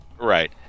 Right